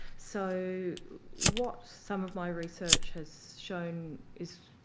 so what some of my research has shown is,